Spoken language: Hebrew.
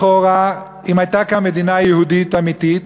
לכאורה אם הייתה כאן מדינה יהודית אמיתית,